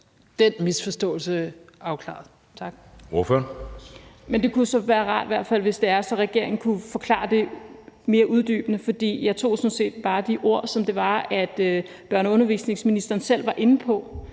den misforståelse afklaret.